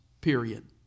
period